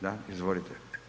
Da, izvolite.